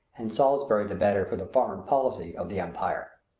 and salisbury the better for the foreign policy of the empire.